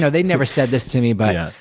so they never said this to me but,